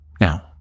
Now